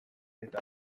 eta